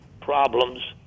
problems